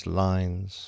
lines